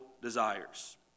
Desires